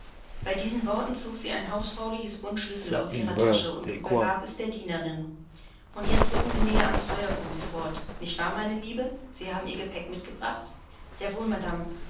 bei diesen worten zog sie ein hausfräuliches bund schlüssel aus ihrer tasche und übergab es der dienerin und jetzt rücken sie näher an das feuer fuhr sie fort nicht wahr meine liebe sie haben ihr gepäck mitgebracht ja wohl madame